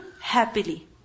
happily